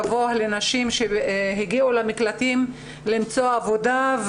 אולי לנשים שהגיעו למקלטים היה סיכוי יותר גבוה למצוא עבודה,